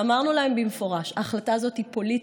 ואמרנו להם במפורש: ההחלטה הזאת היא פוליטית,